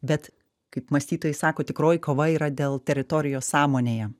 bet kaip mąstytojai sako tikroji kova yra dėl teritorijos sąmonėje